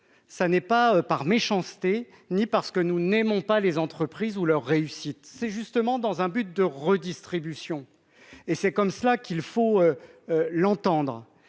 ça n'est pas par méchanceté ni parce que nous n'aimons pas les entreprises ou leur réussite c'est justement dans un but de redistribution et c'est comme cela qu'il faut l'entendre